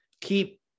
keep